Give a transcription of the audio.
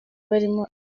barimo